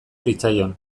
zitzaion